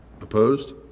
Opposed